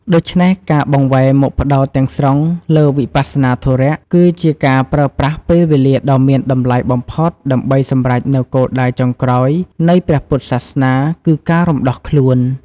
ដូច្នេះការបង្វែរមកផ្តោតទាំងស្រុងលើវិបស្សនាធុរៈ គឺជាការប្រើប្រាស់ពេលវេលាដ៏មានតម្លៃបំផុតដើម្បីសម្រេចនូវគោលដៅចុងក្រោយនៃព្រះពុទ្ធសាសនា គឺ ការរំដោះខ្លួន។